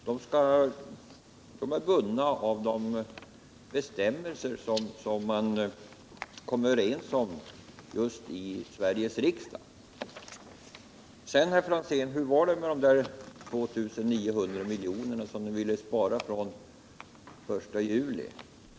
Herr talman! Pliktlagen innebär att de som tjänstgör enligt denna lag är bundna av de bestämmelser som fastställts av Sveriges riksdag. Sedan, herr Franzén, hur var det med de 2 900 milj.kr. som ni ville spara in från den I juli?